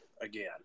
again